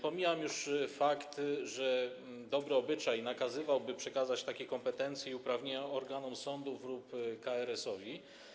Pomijam już fakt, że dobry obyczaj nakazywałby przekazać takie kompetencje i uprawnienia organom sądów lub KRS.